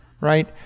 right